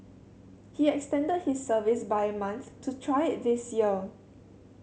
he extended his service by a month to try it this year